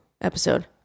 episode